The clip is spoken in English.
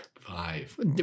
Five